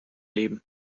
leben